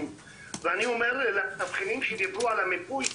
ואני אומר על התבחינים שדיברו על המיפוי,